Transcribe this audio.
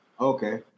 Okay